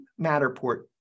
Matterport